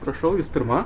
prašau jus pirma